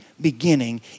beginning